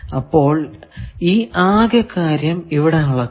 അപ്പോൾ ഈ അകെ കാര്യം ഇവിടെ അളക്കുന്നു